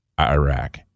Iraq